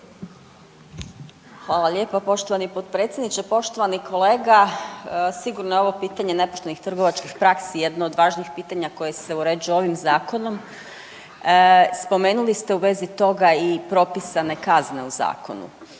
Hvala lijepa poštovani potpredsjedniče, poštovani kolega. Sigurno je ovo pitanje nepoštenih trgovačkih praksi jedno od važnijih pitanja koja se uređuju ovim zakonom. Spomenuli ste u vezi toga i propisane kazne u zakonu